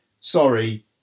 Sorry